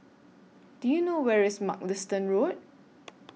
Do YOU know Where IS Mugliston Road